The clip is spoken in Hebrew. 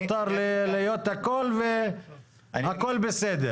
מותר להיות הכל והכל בסדר.